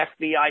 FBI